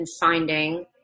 finding